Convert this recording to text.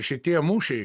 šitie mūšiai